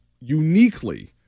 uniquely